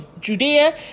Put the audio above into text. Judea